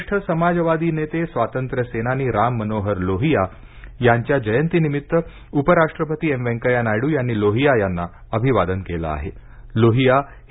ज्येष्ठ समाजवादी नेते स्वातंत्र्यसेनानी राम मनोहर लोहिया यांच्या जयंतीनिमित्त उपराष्ट्रपती एम व्यंकया नायडू यांनी लोहिया यांना अभिवादन केलं आहे लोहिया हे